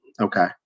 Okay